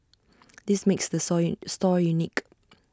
this makes the sole store unique